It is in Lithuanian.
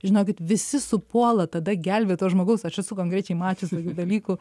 žinokit visi supuola tada gelbėt to žmogaus aš esu konkrečiai mačius tokių dalykų